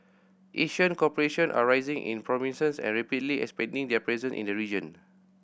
Asian corporations are rising in prominence and rapidly expanding their presence in the region